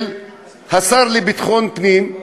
של השר לביטחון פנים,